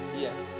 yes